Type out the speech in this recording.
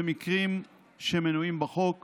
במקרים שמנויים בחוק